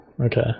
okay